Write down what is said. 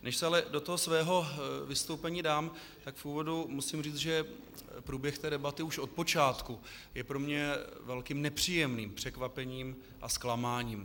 Než se ale do toho svého vystoupení dám, tak v úvodu musím říct, že průběh té debaty už odpočátku je pro mě velkým nepříjemným překvapením a zklamáním.